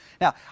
Now